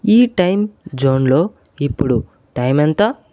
ఈ టైం జోన్లో ఇప్పుడు టైం ఎంత